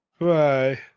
Bye